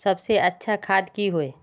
सबसे अच्छा खाद की होय?